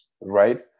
right